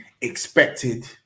expected